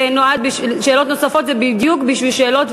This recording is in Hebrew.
שאלות נוספות הן בדיוק בשביל שאלות,